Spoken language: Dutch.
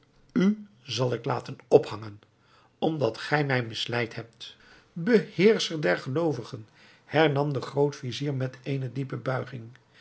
u zal ik laten ophangen omdat gij mij misleid hebt beheerscher der geloovigen hernam de groot-vizier met eene diepe buiging